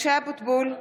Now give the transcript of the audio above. (קוראת בשמות חברי הכנסת) משה אבוטבול,